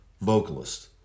vocalist